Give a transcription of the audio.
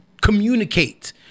communicate